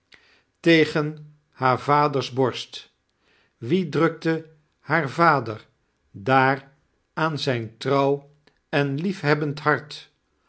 tegen haar vaders borsit wie drukte haar vader daar aan zijn trouw en iiefhebbend hart